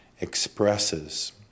expresses